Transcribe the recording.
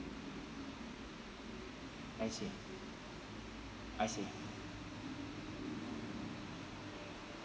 I see I see